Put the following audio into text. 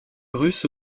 russe